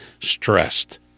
stressed